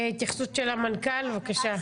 התייחסות של המנכ"ל, בבקשה.